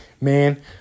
man